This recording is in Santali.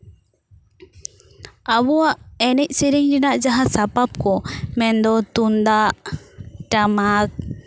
ᱟᱵᱚᱣᱟᱜ ᱮᱱᱮᱡ ᱥᱮᱨᱮᱧ ᱨᱮᱱᱟᱜ ᱡᱟᱦᱟᱸ ᱥᱟᱯᱟᱵ ᱠᱚ ᱢᱮᱱᱫᱚ ᱛᱩᱢᱫᱟᱜ ᱴᱟᱢᱟᱠ